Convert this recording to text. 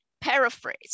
paraphrase